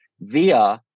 via